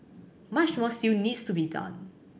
much more still needs to be done